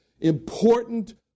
important